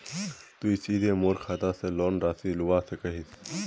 तुई सीधे मोर खाता से लोन राशि लुबा सकोहिस?